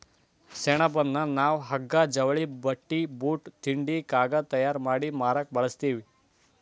ಸೆಣಬನ್ನ ನಾವ್ ಹಗ್ಗಾ ಜವಳಿ ಬಟ್ಟಿ ಬೂಟ್ ತಿಂಡಿ ಕಾಗದ್ ತಯಾರ್ ಮಾಡಿ ಮಾರಕ್ ಬಳಸ್ತೀವಿ